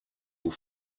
will